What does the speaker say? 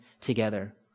together